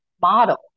model